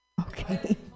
Okay